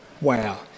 wow